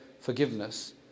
forgiveness